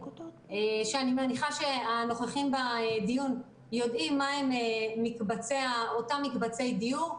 שאני מניחה שהנוכחים בדיון יודעים מהם אותם מקבצי דיור.